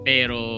Pero